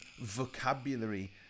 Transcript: vocabulary